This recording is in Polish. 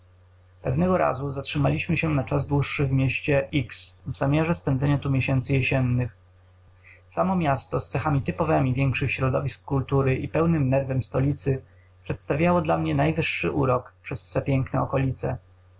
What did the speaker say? pewnego razu zatrzymaliśmy się na czas dłuższy w mieście w zamiarze spędzenia tu miesięcy jesiennych samo miasto z cechami typowemi większych środowisk kultury i pełnym nerwem stolicy przedstawiało dla mnie najwyższy urok przez swe piękne okolice